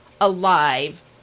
alive